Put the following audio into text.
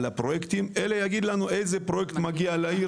על הפרויקטים אלא יגיד לנו איזה פרויקט מגיע לעיר